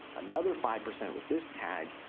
another five percent with this tag,